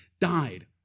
died